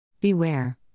Beware